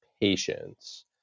patience